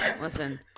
listen